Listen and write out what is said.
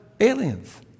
Aliens